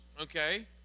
Okay